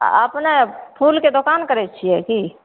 अपने फूलके दोकान करय छियै की